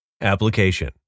Application